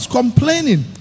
complaining